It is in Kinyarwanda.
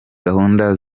gahunda